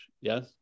yes